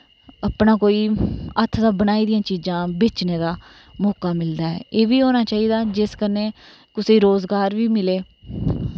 अपना कोई हत्थ दा बनाई दियां चीजां बेचने दा मौका मिलदा ऐ एह् बी होना चाहिदा जिस कन्नै कुसेई रोज़गार बी मिलै